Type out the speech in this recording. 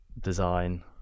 design